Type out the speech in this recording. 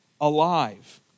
alive